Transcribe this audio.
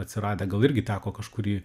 atsiradę gal irgi teko kažkurį